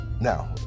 Now